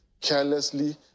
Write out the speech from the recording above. carelessly